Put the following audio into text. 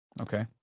Okay